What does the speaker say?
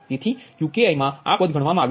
તેથી Qkiઆ પદ ગણવામાં આવ્યુ નથી